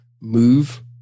move